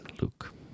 Luke